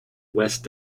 west